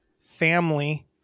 family